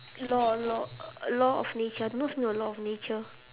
law law law of nature you know what's the meaning of law of nature